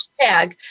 hashtag